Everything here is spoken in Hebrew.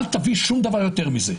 אל תביא שום דבר יותר מזה.